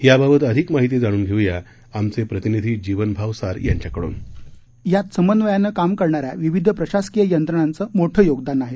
याबाबत अधिक माहिती जाणून घेऊया आमचे प्रतिनिधी जीवन भावसार यांच्याकडून यात समन्वयानं काम करणाऱ्या विविध प्रशासकीय यंत्रणांचं मोठं योगदान आहे